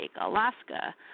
Alaska